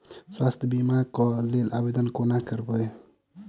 स्वास्थ्य बीमा कऽ लेल आवेदन कोना करबै?